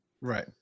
Right